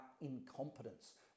incompetence